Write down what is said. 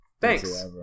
thanks